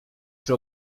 przy